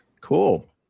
cool